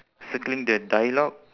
circling the dialogue